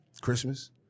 Christmas